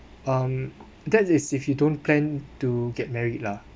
um that is if you don't plan to get married lah